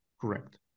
correct